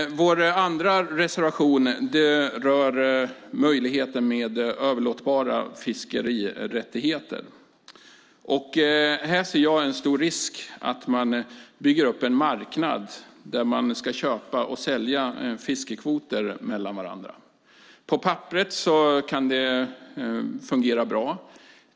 Vår andra reservation rör möjligheten till överlåtbara fiskerättigheter. Här ser jag en stor risk att man bygger upp en marknad där man ska köpa och sälja fiskekvoter mellan varandra. På papperet kan det fungera bra.